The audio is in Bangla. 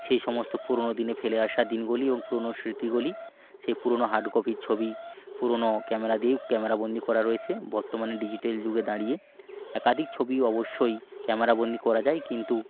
সেই সমস্ত পুরোনো দিনে ফেলে আসা দিনগুলি এবং পুরোনো স্মৃতিগুলি সেই পুরোনো হার্ড কপির ছবি পুরোনো ক্যামেরা দিয়ে ক্যামেরা বন্দী করা রয়েছে বর্তমানে ডিজিটাল যুগে দাঁড়িয়ে একাধিক ছবি অবশ্যই ক্যামেরা বন্দী করা যায় কিন্তু